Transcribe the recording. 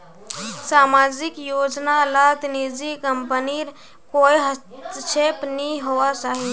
सामाजिक योजना लात निजी कम्पनीर कोए हस्तक्षेप नि होवा चाहि